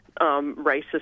racist